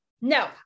no